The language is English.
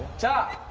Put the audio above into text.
job.